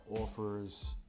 offers